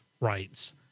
rights